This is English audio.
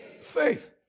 faith